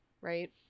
right